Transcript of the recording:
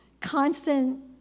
constant